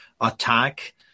attack